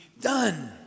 done